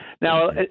Now